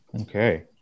Okay